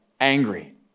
angry